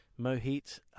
Mohit